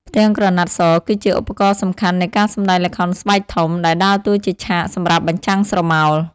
ផ្ទាំងក្រណាត់ស គឺជាឧបករណ៍សំខាន់នៃការសម្តែងល្ខោនស្បែកធំ ដែលដើរតួជាឆាកសម្រាប់បញ្ចាំងស្រមោល។